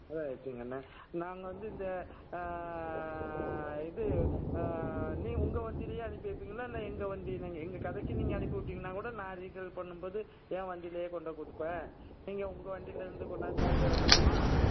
ரைட்டுங்கண்ணா நாங்கள் வந்து இந்த இது நீ உங்கள் வண்டியிலயே அனுப்பி வைப்பீங்களா இல்லை எங்கள் வண்டியை நாங்கள் எங்கள் கடைக்கு நீங்கள் அனுப்பி விட்டிங்கன்னாக்கூட நான் ரீட்டைல் பண்ணும் போது என் வண்டிலையே கொண்டு கொடுப்பேன் நீங்கள் உங்கள் வண்டிலிருந்து கொண்டாந்து சரக்கு இறக்கலாமா